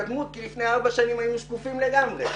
התקדמות כי לפני ארבע שנים הם היו שקופים לגמרי.